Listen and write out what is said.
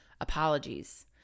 apologies